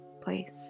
place